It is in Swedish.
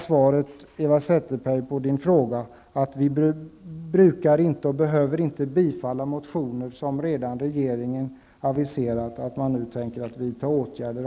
Svaret på Eva Zetterbergs fråga är alltså att vi inte brukar, och inte behöver, tillstyrka motioner i de fall där regeringen redan har aviserat att man tänker vidta åtgärder.